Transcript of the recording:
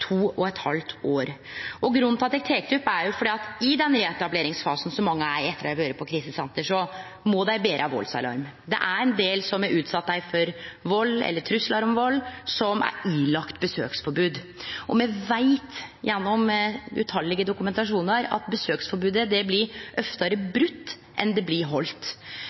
to og eit halvt år. Grunnen til at eg tek det opp, er at i reetableringsfasen som mange er i etter å ha vore på krisesenter, må dei bere valdsalarm. Det er ein del av dei som har utsett dei for vald eller truslar om vald, som er underlagde besøksforbod, men me veit gjennom svært mange dokumentasjonar at besøksforbodet oftare blir brote enn